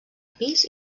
pis